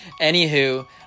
Anywho